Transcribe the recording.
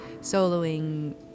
soloing